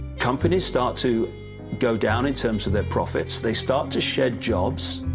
companies start to go down in terms of their profits, they start to shed jobs,